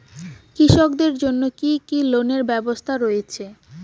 কৃষকদের জন্য কি কি লোনের ব্যবস্থা রয়েছে?